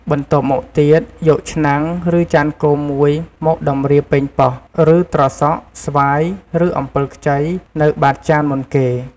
បន្ទាប់មកទៀត យកឆ្នាំង ឬចានគោមមួយមកតម្រៀបប៉េងប៉ោះ ឬត្រសក់ ស្វាយ ឬអំពិលខ្ចី នៅបាតចានមុនគេ។